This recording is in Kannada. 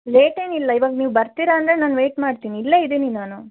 ಲೇಟ್ ಏನಿಲ್ಲ ಇವಾಗ ನೀವು ಬರ್ತೀರ ಅಂದರೆ ನಾನು ವೆಯ್ಟ್ ಮಾಡ್ತೀನಿ ಇಲ್ಲೇ ಇದ್ದೀನಿ ನಾನು